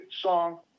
song